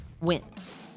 wins